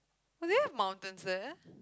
do they have mountains there